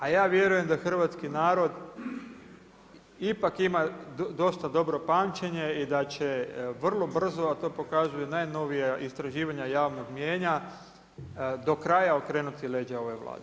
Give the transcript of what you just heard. A ja vjerujem da hrvatski narod ipak ima dosta dobro pamćenje i da će vrlo brzo a to pokazuju najnovija istraživanja javnog mijenja do kraja okrenuti leđa ovoj Vladi.